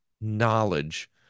knowledge